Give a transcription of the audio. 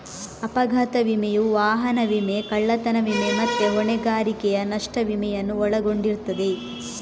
ಅಪಘಾತ ವಿಮೆಯು ವಾಹನ ವಿಮೆ, ಕಳ್ಳತನ ವಿಮೆ ಮತ್ತೆ ಹೊಣೆಗಾರಿಕೆಯ ನಷ್ಟ ವಿಮೆಯನ್ನು ಒಳಗೊಂಡಿರ್ತದೆ